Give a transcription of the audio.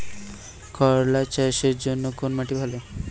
করলা চাষের জন্য কোন মাটি ভালো?